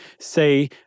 say